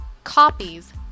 copies